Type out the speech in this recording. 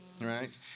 right